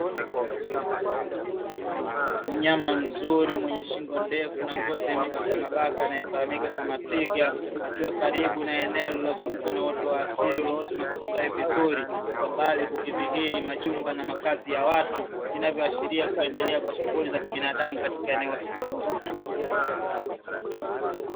Mnyama mzuri mwenye shingo ndefu na ngozi ya mabaka mabaka anayefahamika kama Twiga, akiwa karibu na eneo lililozungukwa na miti wa asili ulioota na kustawi vizuri. Kwa mbali, kukidhihiri majumba na makazi ya watu, vinavyoashiria kuendelea kwa shughuli za kibinadamu katika eneo hilo.